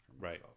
Right